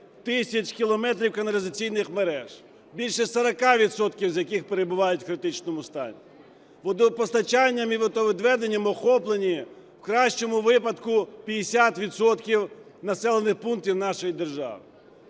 тисяч кілометрів каналізаційних мереж, більше 40 відсотків з яких перебувають у критичному стані. Водопостачанням і водовідведенням охоплені у кращому випадку 50 відсотків населених пунктів нашої держави.